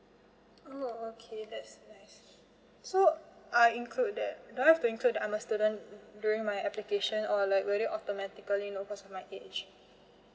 oh okay that's nice so I include that do I have to include that I'm a student during my application or like whether automatically know because of my age